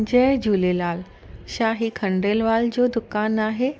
जय झूलेलाल छा हीउ खंडेलवाल जो दुकानु आहे